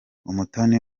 umutoni